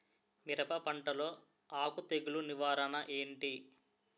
మిరప పంటలో ఆకు తెగులు నివారణ ఏంటి?